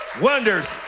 wonders